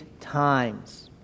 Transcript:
times